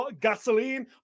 gasoline